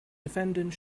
defendant